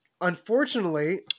unfortunately